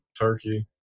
turkey